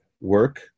work